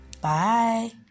Bye